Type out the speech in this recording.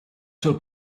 sur